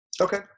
Okay